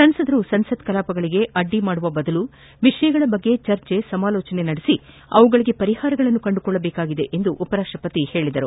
ಸಂಸದರು ಸಂಸತ್ತಿನ ಕಲಾಪಕ್ಕೆ ಅದ್ದಿ ಮಾಡುವ ಬದಲು ವಿಷಯಗಳ ಬಗ್ಗೆ ಚರ್ಚೆ ಸಮಾಲೋಚನೆ ನಡೆಸಿ ಅವುಗಳಿಗೆ ಪರಿಹಾರಗಳನ್ನು ಕಂಡುಕೊಳ್ಳಬೇಕಾಗಿದೆ ಎಂದು ಉಪರಾಷ್ಟಪತಿ ಹೇಳಿದರು